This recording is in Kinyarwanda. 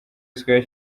square